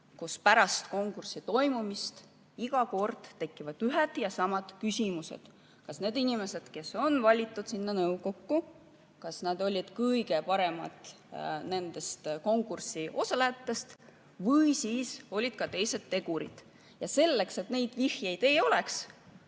kui pärast konkursi toimumist iga kord tekivad ühed ja samad küsimused. Kas need inimesed, kes on valitud sinna nõukokku, olid kõige paremad konkursil osalejatest või olid seal ka teised tegurid? Selleks, et neid vihjeid ei oleks,